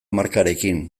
markarekin